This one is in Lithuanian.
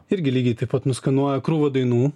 irgi lygiai taip pat nuskenuoja krūvą dainų